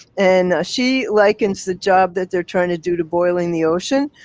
and she likens the job that they're trying to do to boiling the ocean.